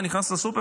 אתה נכנס לסופר?